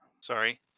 Sorry